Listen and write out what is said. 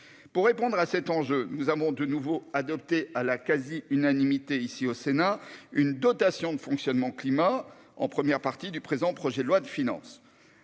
Pour faire face à cet enjeu, nous avons de nouveau adopté à la quasi-unanimité, ici au Sénat, une dotation de fonctionnement climat, en première partie du présent projet de loi de finances.